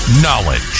Knowledge